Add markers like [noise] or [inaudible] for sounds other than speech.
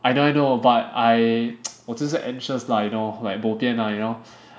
I know I know but I [noise] 我只是 anxious lah like you know like bo pian lah you know